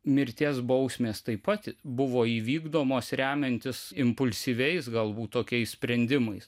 mirties bausmės taip pat buvo įvykdomos remiantis impulsyviais galbūt tokiais sprendimais